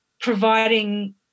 providing